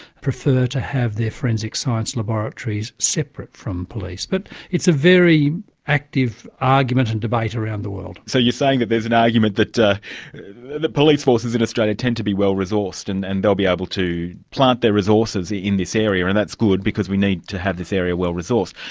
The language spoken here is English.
prefer to have their forensic science laboratories separate from police. but it's a very active argument and debate around the world. so you're saying that there's an argument that the police forces in australia tend to be well-resourced, and and they'll be able to plant their resources in this area, and that's good, because we need to have this area well-resourced.